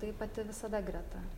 tai pati visada greta